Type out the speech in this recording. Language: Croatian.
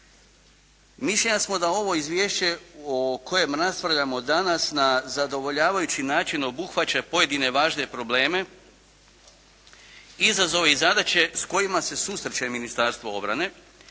Mišljenja smo da ovo izvješće o kojem raspravljamo danas, na zadovoljavajući način obuhvaća pojedine važne probleme, izazove i zadaće s kojima se susreće Ministarstvo obrane,